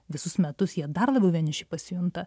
visus metus jie dar labiau vieniši pasijunta